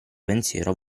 pensiero